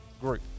group